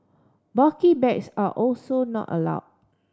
bulky bags are also not allow